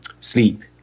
sleep